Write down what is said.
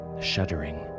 shuddering